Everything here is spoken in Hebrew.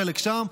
חלק שם,